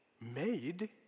made